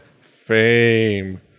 fame